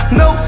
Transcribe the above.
no